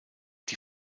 die